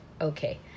Okay